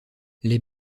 les